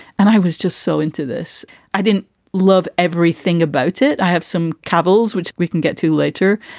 and i was just so into this i didn't love everything about it. i have some carville's which we can get to later.